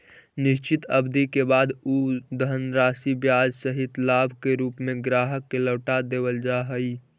निश्चित अवधि के बाद उ धनराशि ब्याज सहित लाभ के रूप में ग्राहक के लौटा देवल जा हई